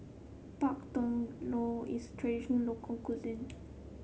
Pak Thong Ko is tradition local cuisine